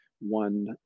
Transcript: one